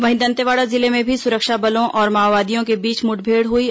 वहीं दंतेवाड़ा जिले में भी सुरक्षा बलों और माओवादियों के बीच मुठभेड़ हुई है